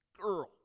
girl